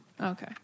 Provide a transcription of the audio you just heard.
Okay